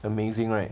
amazing right